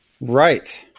right